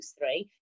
three